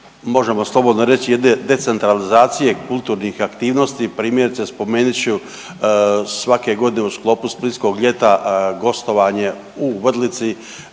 možemo slobodno reći jedne decentralizacije kulturnih aktivnosti. Primjerice spomenit ću svake godine u sklopu Splitskog ljeta gostovanje u Vrlici,